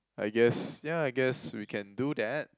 I guess yeah I guess we can do that